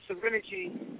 Serenity